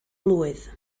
blwydd